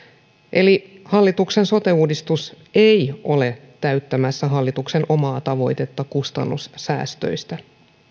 eli hallituksen sote uudistus ei ole täyttämässä hallituksen omaa tavoitetta kustannussäästöistä